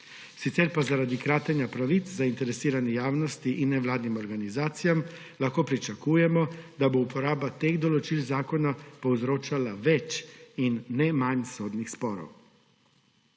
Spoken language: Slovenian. Sicer pa zaradi kratenja pravic zainteresirani javnosti in nevladnim organizacijam lahko pričakujemo, da bo uporaba teh določil zakona povzročala več in ne manj sodnih sporov.